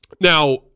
Now